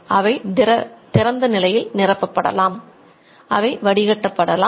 அவை திறந்த நிலையில் நிரப்பப்படலாம் அவை வடிகட்டப்படலாம்